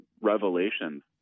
revelations